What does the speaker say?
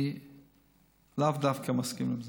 אני לאו דווקא מסכים עם זה.